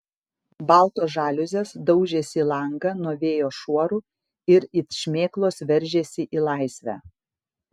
baltos žaliuzės daužėsi į langą nuo vėjo šuorų ir it šmėklos veržėsi į laisvę